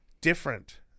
different